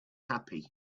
happy